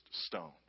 stone